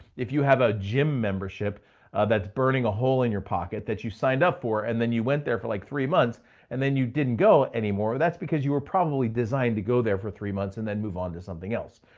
if you have a gym membership that's burning a hole in your pocket that you signed up for, and then you went there for like three months and then you didn't go anymore, that's because you were probably designed to go there for three months and then move on to something else.